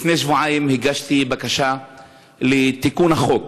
לפני שבועיים הגשתי בקשה לתיקון החוק.